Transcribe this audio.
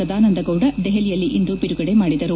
ಸದಾನಂದಗೌಡ ದೆಪಲಿಯಲ್ಲಿ ಇಂದು ಬಿಡುಗಡೆ ಮಾಡಿದರು